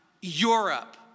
Europe